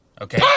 Okay